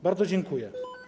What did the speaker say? Bardzo dziękuję.